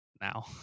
now